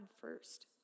first